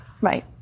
Right